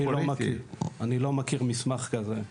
אני לא מכיר מסמך כזה,